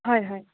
হয় হয়